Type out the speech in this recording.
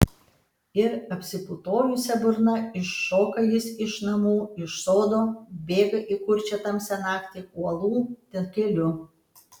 ir apsiputojusia burna iššoka jis iš namų iš sodo bėga į kurčią tamsią naktį uolų takeliu